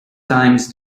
times